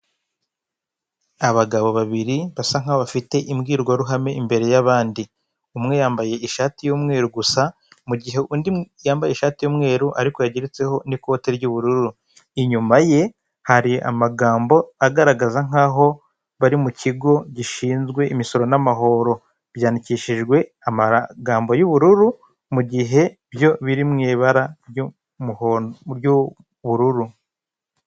Abagabo babiri basa nkaho bafite imbwirwaruhame imbere y'abandi, umwe yambaye ishati y'umweru gusa mugihe undi yambaye ishati y'umweru ariko yageretseho n'ikote ry'ubururu inyuma ye hari amagambo agaragara nkaho bari mu kigo gishinzwe imisoro n'amahoro byandikishijwe amagambo y'ubururu mugihe byo biri mu ibara ry'ubururu.